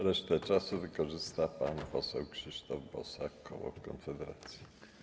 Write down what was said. Resztę czasu wykorzysta pan poseł Krzysztof Bosak, koło Konfederacji.